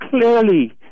clearly